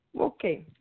Okay